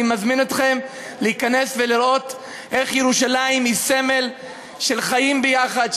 אני מזמין אתכם להיכנס ולראות איך ירושלים היא סמל של חיים ביחד,